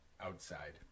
outside